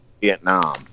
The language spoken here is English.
Vietnam